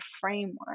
framework